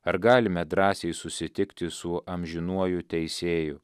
ar galime drąsiai susitikti su amžinuoju teisėju